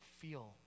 feel